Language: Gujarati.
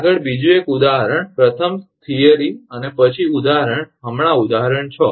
આગળ બીજું એક ઉદાહરણ પ્રથમ સિદ્ધાંતથિયરી અને પછી ઉદાહરણ હમણાં ઉદાહરણ 6